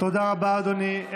תודה רבה, אדוני.